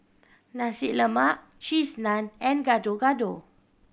Nasi Lemak Cheese Naan and Gado Gado